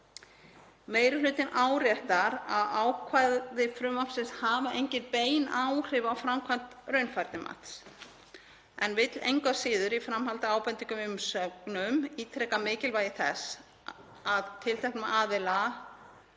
Meiri hlutinn áréttar að ákvæði frumvarpsins hafa engin bein áhrif á framkvæmd raunfærnimats en vill engu að síður, í framhaldi af ábendingum í umsögnum, ítreka mikilvægi þess að tilteknum aðila